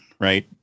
right